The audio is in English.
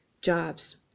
jobs